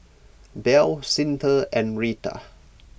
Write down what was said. Bell Cyntha and Rita